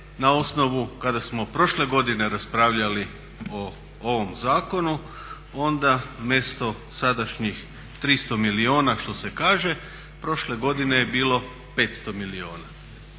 na osnovu kada smo prošle godine raspravljali o ovom zakonu onda umjesto sadašnjih 300 milijuna što se kaže prošle godine je bilo 500 milijuna,